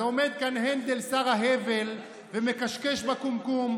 אז עומד כאן הנדל, שר ההבל, ומקשקש בקומקום.